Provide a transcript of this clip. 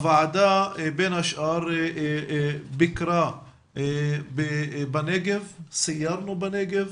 הוועדה בין השאר ביקרה בנגב, סיירנו בנגב